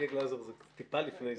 הישיבה ננעלה בשעה 10:54.